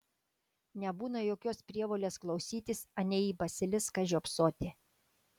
nebūna jokios prievolės klausytis anei į basiliską žiopsoti